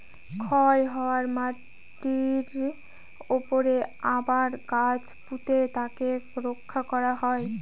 ক্ষয় হওয়া মাটিরর উপরে আবার গাছ পুঁতে তাকে রক্ষা করা হয়